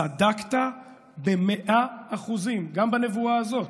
צדקת במאה אחוזים גם בנבואה הזאת.